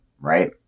right